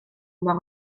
mor